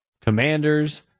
Commanders